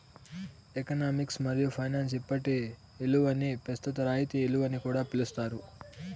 economics మరియు finance ఇప్పటి ఇలువని పెస్తుత రాయితీ ఇలువని కూడా పిలిస్తారు